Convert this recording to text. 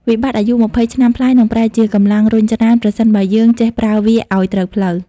វិបត្តិអាយុ២០ឆ្នាំប្លាយនឹងប្រែជា "កម្លាំងរុញច្រាន" ប្រសិនបើយើងចេះប្រើវាឱ្យត្រូវផ្លូវ។